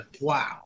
Wow